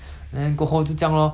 if I'm not wrong 是六块